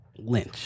Lynch